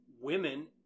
women